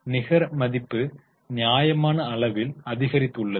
நிகர மதிப்பு நியாயமான அளவில் அதிகரித்துள்ளது